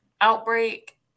outbreak